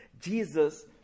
jesus